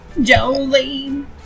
Jolene